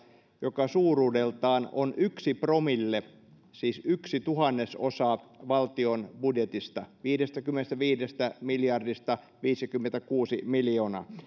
joka suuruudeltaan on yksi promille siis yksi tuhannesosa valtion budjetista viidestäkymmenestäviidestä miljardista viisikymmentäkuusi miljoonaa